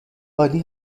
عالی